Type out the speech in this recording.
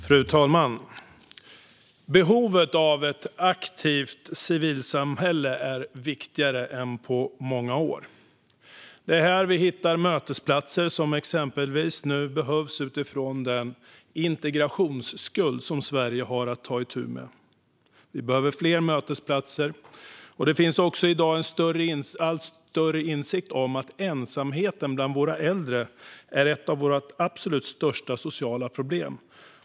Fru talman! Behovet av ett aktivt civilsamhälle är viktigare än på många år. Det är här vi hittar mötesplatser som exempelvis nu behövs utifrån den integrationsskuld som Sverige har att ta itu med. Vi behöver fler mötesplatser. Det finns i dag en allt större insikt om att ensamheten bland våra äldre är ett av våra absolut största sociala problem.